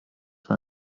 für